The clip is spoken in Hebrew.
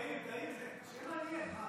תעיר, תעיר, שיהיה מעניין.